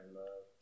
love